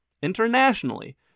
internationally